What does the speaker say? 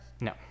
No